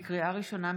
לקריאה ראשונה,